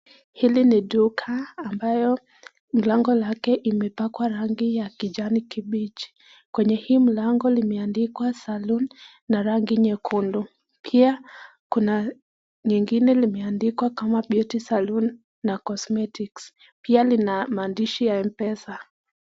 Hili ni duka ambalo mlango yake imepakwa rangi kijani kibichi kwenye hii mlango imeandikwa saloon na rangi nyekundu pia kuna lingine limeandikwa beauty saloon na cosmetics pia lina mandishi ya mpesa.